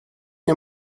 nie